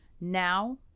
now